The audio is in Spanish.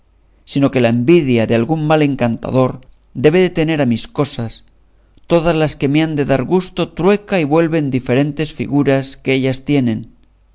sino que la envidia que algún mal encantador debe de tener a mis cosas todas las que me han de dar gusto trueca y vuelve en diferentes figuras que ellas tienen